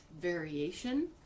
variation